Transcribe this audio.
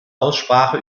aussprache